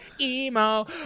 emo